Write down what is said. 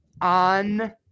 on